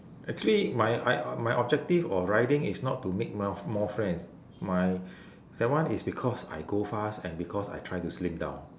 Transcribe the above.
actually my I my objective of riding is not to make mo~ more friends my that one is because I go fast and because I try to slim down